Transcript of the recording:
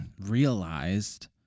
realized